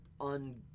un